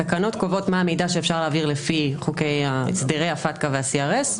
התקנות קובעות מה המידע שאפשר להעביר לפי הסדרי הפתק"א וה-CRS.